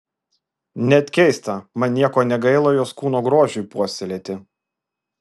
net keista man nieko negaila jos kūno grožiui puoselėti